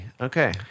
Okay